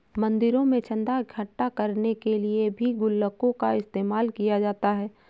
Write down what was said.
मंदिरों में चन्दा इकट्ठा करने के लिए भी गुल्लकों का इस्तेमाल किया जाता है